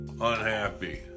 unhappy